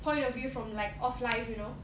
point of view from like of life you know